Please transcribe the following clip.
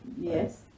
Yes